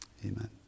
amen